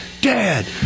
Dad